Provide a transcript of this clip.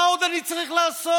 מה עוד אני צריך לעשות?